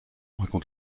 raconte